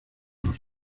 los